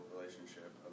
relationship